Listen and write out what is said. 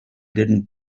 didn’t